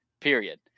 period